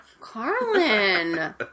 Carlin